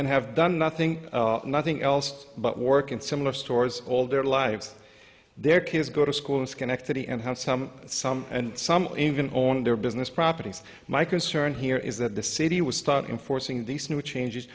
and have done nothing nothing else but work in similar stores all their lives their kids go to school in schenectady and house some some and some even owned their business properties my concern here is that the city will start enforcing these new changes